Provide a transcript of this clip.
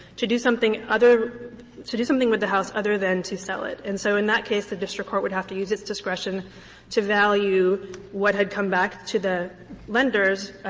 to do something other to do something with the house other than to sell it. and so in that case, the district court would have to use its discretion to value what had come back to the lenders.